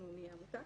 אנחנו נהיה עמותה